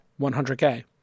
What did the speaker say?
100K